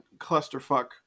clusterfuck